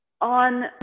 on